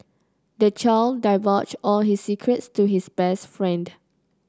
the child divulged all his secrets to his best friend